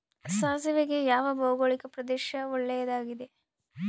ಸಾಸಿವೆಗೆ ಯಾವ ಭೌಗೋಳಿಕ ಪ್ರದೇಶ ಒಳ್ಳೆಯದಾಗಿದೆ?